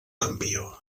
campió